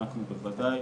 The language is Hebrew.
אנחנו בוודאי